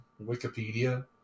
Wikipedia